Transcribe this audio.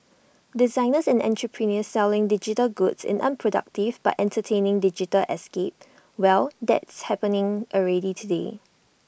designers and entrepreneurs selling digital goods in unproductive but entertaining digital escapes well that's happening already today